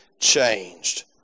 changed